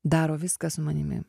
daro viską su manimi